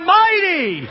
mighty